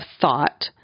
thought